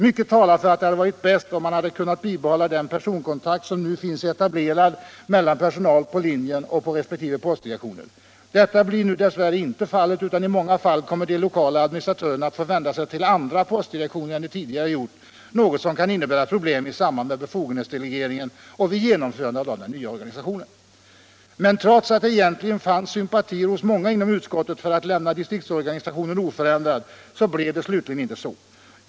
Mycket talar för att det hade varit bäst om man hade kunnat bibehålla den personkontakt som nu finns etablerad mellan personal på linjen och på resp. postdirektioner. Detta blir nu dess värre inte fallet, utan i många fall kommer de lokala administratörerna att få vända sig till andra postdirektioner än de tidigare gjort, något som kan innebära problem i samband med befogenhetsdelegeringen och vid genomförandet av den nva organisationen. Men trots att det egentligen fanns sympatier inom utskottet för att lämna distriktsorganisationen oförändrad blev det slutligen inte så.